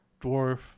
dwarf